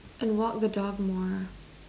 and walk the dog more